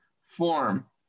form